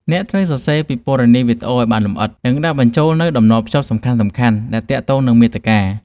អ្នកត្រូវសរសេរការពិពណ៌នាវីដេអូ ឱ្យបានលម្អិត និងដាក់បញ្ចូលនូវតំណភ្ជាប់សំខាន់ៗដែលទាក់ទងនឹងមាតិកា។